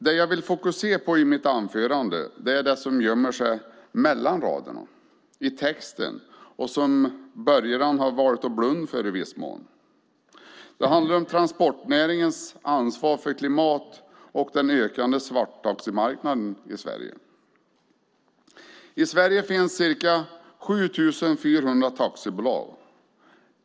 Det jag i mitt anförande vill fokusera på är det som gömmer sig mellan raderna i texten och som borgarna i viss mån har valt att blunda för. Det handlar om transportnäringens ansvar för klimatet och om den ökande svarttaximarknaden i Sverige. I Sverige finns det ca 7 400 taxibolag.